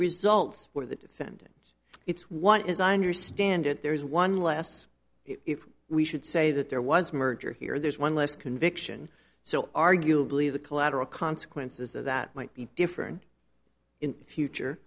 results or the defendant it's what is i understand it there is one less if we should say that there was merger here there's one less conviction so arguably the collateral consequences of that might be different in the future